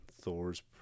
thor's